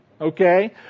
okay